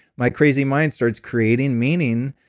my crazy mind starts creating meaning